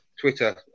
Twitter